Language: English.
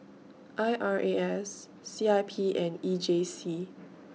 I R A S C I P and E J C